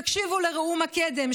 תקשיבו לראומה קדם,